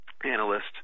analyst